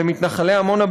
למתנחלי עמונה,